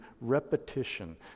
repetition